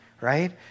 right